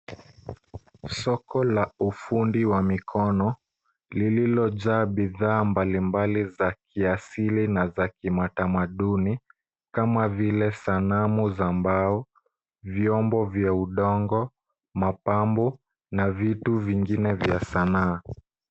Soko la ufundi wa mikono, lililojaa bidhaa mbali mbali za kiasili na za kimatamaduni, kama vile sanamu za mbao, vyombo vya udongo, mapambo, na vitu vingine vya sanaa.